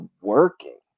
working